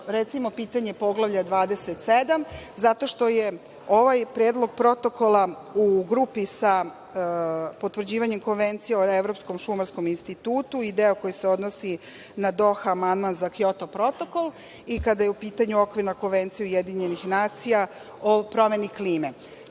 recimo, pitanje poglavlja 27, zato što je ovaj predlog Protokola u grupi sa potvrđivanjem Konvencije o Evropskom Šumarskom institutu i deo koji se odnosi na Doha amandman za Kjoto protokol i kada je u pitanju okvirna Konvencija UN o promeni klime.S